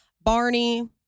Barney